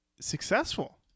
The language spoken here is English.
successful